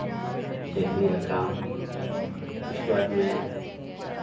देखने का काम उसके बाद में